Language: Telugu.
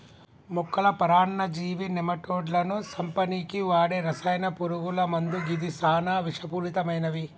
మొక్కల పరాన్నజీవి నెమటోడ్లను సంపనీకి వాడే రసాయన పురుగుల మందు గిది సానా విషపూరితమైనవి